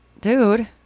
Dude